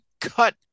cut